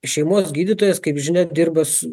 šeimos gydytojas kaip žinia dirba su